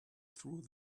through